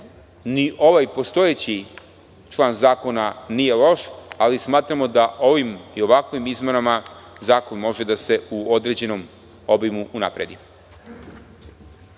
Ni ovaj postojeći član zakona nije loš, ali smatramo da ovim i ovakvim izmenama zakon može da se u određenom obimu unapredi.